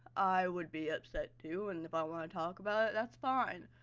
i would be upset too and if i wanna talk about it that's fine.